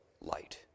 light